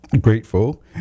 grateful